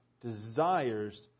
desires